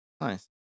Nice